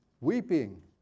weeping